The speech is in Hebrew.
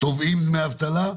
תובעים דמי אבטלה?